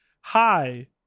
hi